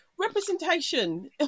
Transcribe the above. representation